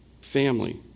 Family